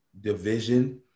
division